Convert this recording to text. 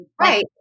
right